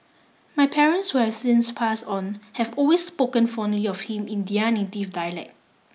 my parents who have since passed on have always spoken fondly of him in dialect